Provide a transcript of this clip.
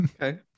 Okay